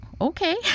okay